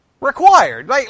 required